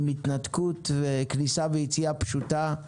עם התנתקות וכניסה ויציאה פשוטה,